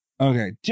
Okay